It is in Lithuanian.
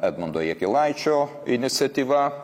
edmundo jakilaičio iniciatyva